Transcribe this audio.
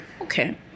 Okay